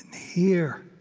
here,